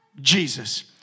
Jesus